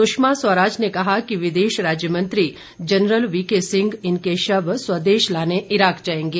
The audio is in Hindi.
सुषमा स्वराज ने कहा कि विदेश राज्य मंत्री जनरल वीके सिंह इनके शव स्वदेश लाने इराक जायेंगे